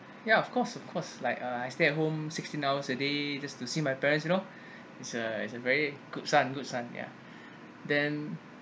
ya of course of course like I stay at home sixteen hours a day just to see my parents you know it's uh it's very good son good son ya then